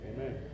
Amen